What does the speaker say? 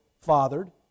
fathered